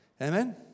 Amen